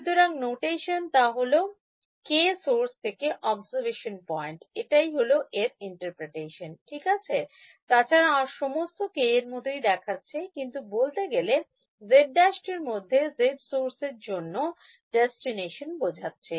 সুতরাং notation তা হল K সোর্স থেকে অবজারভেশন পয়েন্ট এটাই হল এর ইন্টারপ্রিটেশন ঠিক আছে তাছাড়া আর সমস্ত K এর মতই দেখাচ্ছে কিন্তু বলতে গেলে এরমধ্যে z সোরস এর মধ্যে দেস্টিনেশন বোঝাচ্ছে